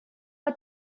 are